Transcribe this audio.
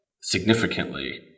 significantly